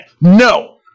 No